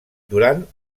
durant